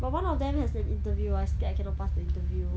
but one of them has an interview I scared I cannot pass the interview